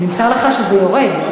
נמסר לך שזה יורד?